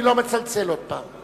אני לא מצלצל עוד פעם.